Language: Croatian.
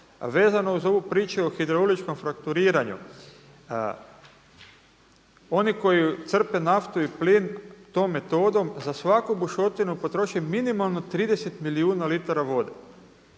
vezano uz ovu priču uz hidrauličkom frakturiranju, oni koji crpe naftu i plin tom metodom, za svaku bušotinu potroši minimalno 30 milijuna litara vode.